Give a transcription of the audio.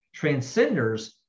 Transcenders